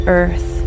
earth